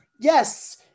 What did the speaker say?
yes